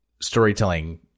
storytelling